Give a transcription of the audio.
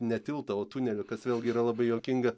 ne tiltą o tunelį kas vėlgi yra labai juokinga